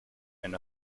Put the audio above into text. and